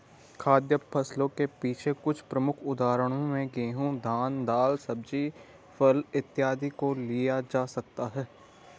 खाद्य फसलों के कुछ प्रमुख उदाहरणों में गेहूं, धान, दाल, सब्जी, फल इत्यादि को लिया जा सकता है